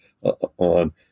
on